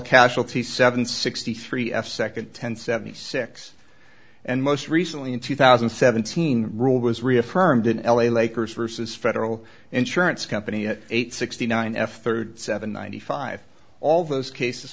casualty seven sixty three f second ten seventy six and most recently in two thousand and seventeen rule was reaffirmed in l a lakers vs federal insurance company eight sixty nine f thirty seven ninety five all those cases